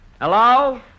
Hello